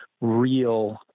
real